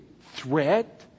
threat